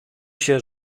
się